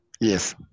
Yes